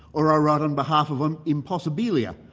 or i write on behalf of an impossibilia,